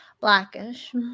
Blackish